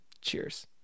Cheers